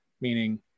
meaning